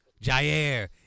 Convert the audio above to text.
Jair